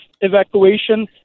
evacuation